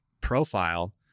profile